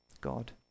God